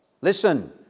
Listen